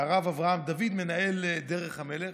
והרב אברהם דוד, מנהל "דרך המלך".